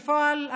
בפועל,